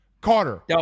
Carter